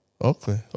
Okay